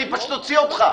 אני פשוט אוציא אותך,